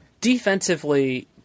Defensively